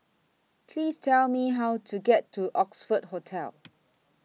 Please Tell Me How to get to Oxford Hotel